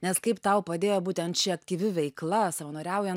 nes kaip tau padėjo būtent ši aktyvi veikla savanoriaujan